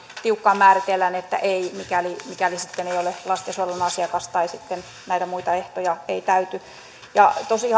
tiukkaan määritellään että ei mikäli mikäli sitten ei ole lastensuojelun asiakas tai sitten nämä muut ehdot eivät täyty tosi